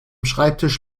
schreibtisch